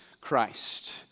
Christ